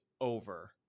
over